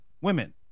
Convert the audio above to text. women